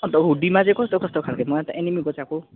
अन्त हुडीमा चाहिँ कस्तो कस्तो खाल्के मलाई त एनिमीको चाहिएको